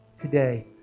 today